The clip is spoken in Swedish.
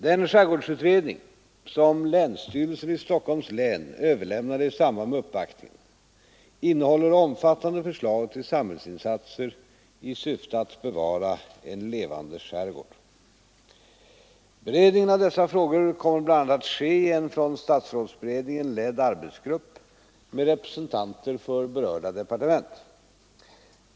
Den skärgårdsutredning som länsstyrelsen i Stockholms län överlämnade i samband med uppvaktningen innehåller omfattande förslag till samhällsinsatser i syfte att bevara en levande skärgård. Beredningen av dessa frågor kommer bl.a. att ske i en från statsrådsberedningen ledd arbetsgrupp med representanter för berörda departement.